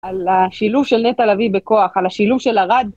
על השילוב של נטע לוי בכוח, על השילוב של ארד.